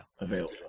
available